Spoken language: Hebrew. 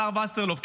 השר וסרלאוף,